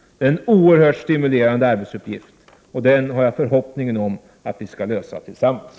Det är en oerhört stimulerande arbetsuppgift. Min förhoppning är att vi kan göra det tillsammans.